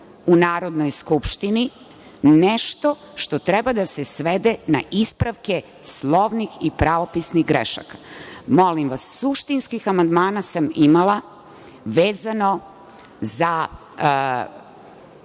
u Narodnoj skupštini nešto što treba da se svede na ispravke slovnih i pravopisnih grešaka. Molim vas, suštinskih amandmana sam imala vezano za